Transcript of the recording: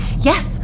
Yes